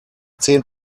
zehn